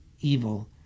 evil